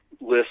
List